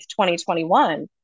2021